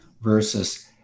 versus